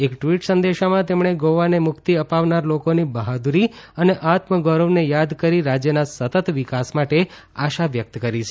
એક ટ્વીટ સંદેશામાં તેમણે ગોવાને મુક્તિ અપાવનાર લોકોની બહાદુરી અને આત્મગૌરવને યાદ કરી રાજ્યના સતત વિકાસ માટે આશા વ્યક્ત કરી છે